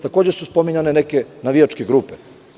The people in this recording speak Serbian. Takođe su spominjane neke navijačke grupe.